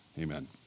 Amen